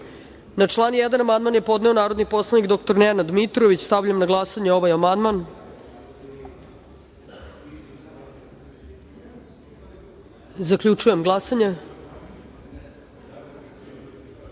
član 7. amandman je podneo narodni poslanik Goran Petrović. Stavljam na glasanje ovaj amandman. Zaključujem glasanje: